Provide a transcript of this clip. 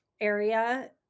area